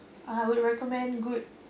I would recommend good